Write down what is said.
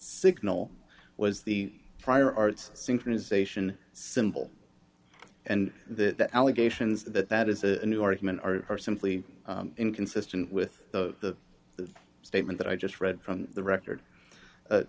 signal was the prior arts synchronization symbol and that the allegations that that is a new argument are simply inconsistent with the statement that i just read from the record